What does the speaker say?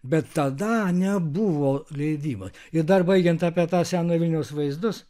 bet tada nebuvo leidybos ir dar baigiant apie tą senojo vilniaus vaizdus